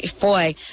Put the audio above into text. boy